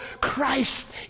Christ